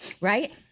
Right